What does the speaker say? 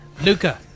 Luca